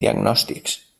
diagnòstics